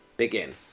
Begin